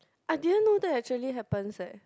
I didn't know that actually happens leh